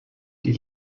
die